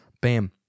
bam